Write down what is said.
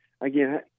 again